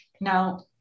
Now